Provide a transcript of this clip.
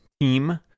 team